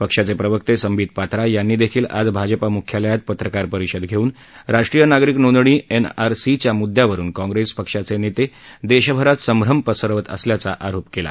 पक्षाचे प्रवक्ते संबित पात्रा यांनीही आज भाजप म्ख्यालयात पत्रकार परिषद घेऊन राष्ट्रीय नागरिक नोंदणी एनआरसीच्या मृदयावरून काँग्रेस पक्षाचे नेते देशभरात संभ्रम पसरवत असल्याचा आरोप केला